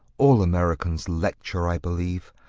all americans lecture, i believe.